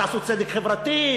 תעשו צדק חברתי,